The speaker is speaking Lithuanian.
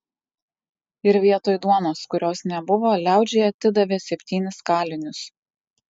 ir vietoj duonos kurios nebuvo liaudžiai atidavė septynis kalinius